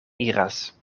iras